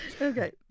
Okay